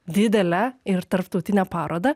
didelę ir tarptautinę parodą